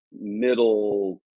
middle